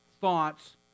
thoughts